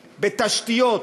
בתשתיות,